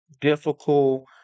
difficult